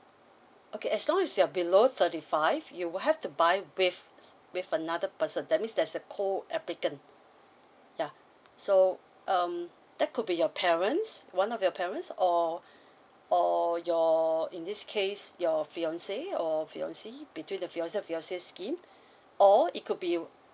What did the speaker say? okay as long as you're below thirty five you will have to buy with with another person that means there's a co applicant ya so um that could be your parents one of your parents or or your in this case your fiance or fiancee between the fiance fiancee scheme or it could be